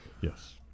Yes